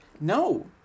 No